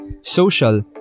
social